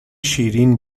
شیرین